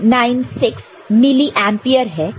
0096 milli ampere है